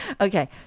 Okay